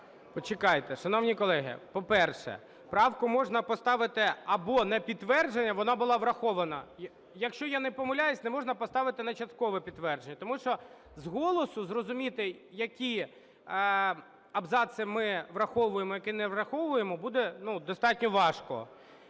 Почекайте. Шановні колеги, по-перше, правку можна поставити або на підтвердження, вона була врахована. Якщо я не помиляюсь, не можна поставити на часткове підтвердження, тому що з голосу зрозуміти, які абзаци ми враховуємо, які не враховуємо, буде достатньо важко.